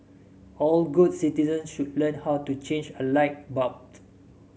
all good citizens should learn how to change a light bulb